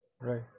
Right